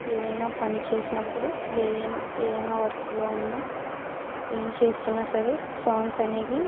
ఏదైన పని చేసినప్పుడు లేదైన ఏదైన వర్క్లో ఉన్నా ఏం చేస్తున్న సరే సాంగ్స్ అనేవి